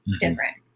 different